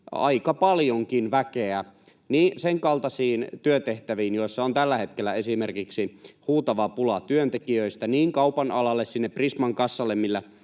aika paljonkin väkeä senkaltaisiin työtehtäviin, joissa on tällä hetkellä esimerkiksi huutava pula työntekijöistä, niin kaupan alalle sinne Prisman kassalle,